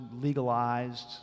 legalized